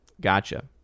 gotcha